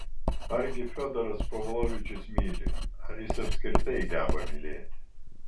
argi fiodoras pavlovičius myli ar jis apskritai geba mylėti